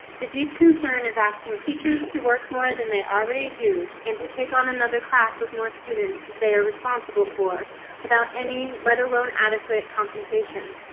the deep concern is asking teachers to work more than they already do, and to take on another class with more students that they are responsible for without any, let alone adequate compensation,